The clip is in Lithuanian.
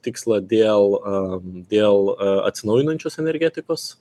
tikslą dėl am dėl atsinaujinančios energetikos